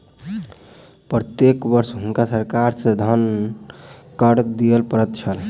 प्रत्येक वर्ष हुनका सरकार के धन कर दिअ पड़ैत छल